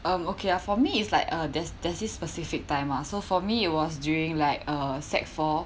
um okay uh for me is like uh there's there's this specific time lah so for me it was during like uh sec four